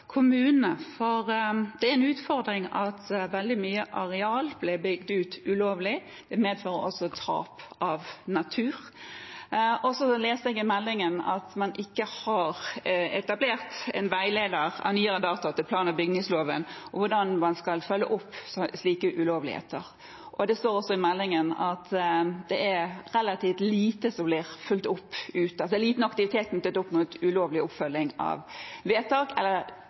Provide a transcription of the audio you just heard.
er en utfordring at veldig mye areal blir bygd ut ulovlig. Det medfører også tap av natur. Jeg leste i meldingen at man ikke har etablert en veileder av nyere dato til plan- og bygningsloven om hvordan man skal følge opp slike ulovligheter. Det står også i meldingen at det er relativt lite som blir fulgt opp – at det er liten aktivitet knyttet opp mot ulovlig oppfølging av vedtak eller